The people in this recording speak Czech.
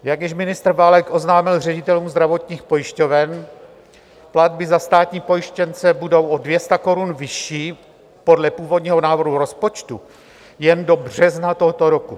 Jak již ministr Válek oznámil ředitelům zdravotních pojišťoven, platby za státní pojištěnce budou o 200 korun vyšší podle původního návrhu rozpočtu jen do března tohoto roku.